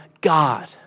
God